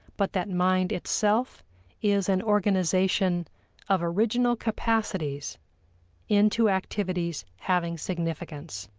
but that mind itself is an organization of original capacities into activities having significance.